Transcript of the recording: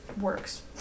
works